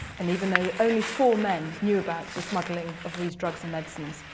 and even though only four men knew about the smuggling of these drugs and medicines,